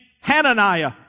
Hananiah